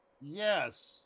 Yes